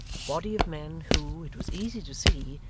a body of men who, it was easy to see,